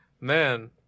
man